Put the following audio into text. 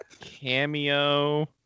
Cameo